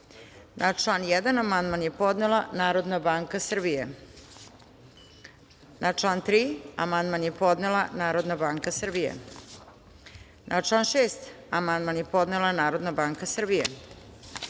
i član 11. amandman je podnela Narodna banka Srbije. Na član 12. amandman je podnela Narodna banka Srbije. Na član 45. amandman je podnela Narodna banka Srbije. Na